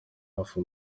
hafi